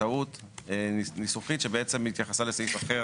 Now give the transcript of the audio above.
טעות ניסוחית שבעצם התייחסה לסעיף אחר